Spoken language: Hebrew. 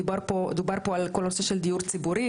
דובר פה על כל הנושא של דיור ציבורי.